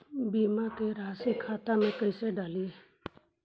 बीमा के रासी खाता में कैसे डाली?